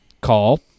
call